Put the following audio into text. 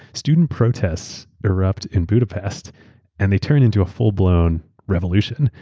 student protests erupt in budapest and they turn into a full-blown revolution.